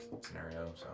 scenario